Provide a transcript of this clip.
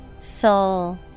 Soul